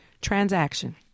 Transaction